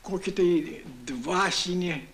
kokį tai dvasinė